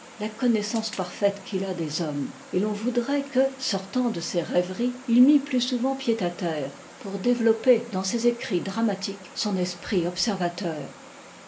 la connaissance parfaite qu'il a des hommes et l'on voudrait que sortant de sas rêveries il mît plus souvent pied à terre pour développer dans ses écrits dramatiques son esprit observateur